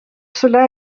cela